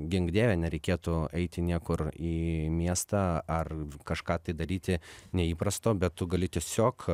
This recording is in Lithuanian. gink dieve nereikėtų eiti niekur į miestą ar kažką tai daryti neįprasto bet tu gali tiesiog